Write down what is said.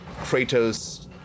Kratos